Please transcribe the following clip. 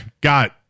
got